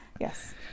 yes